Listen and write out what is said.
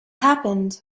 happened